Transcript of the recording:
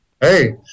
Hey